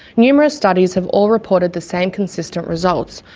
numerous studies have all reported the same consistent results,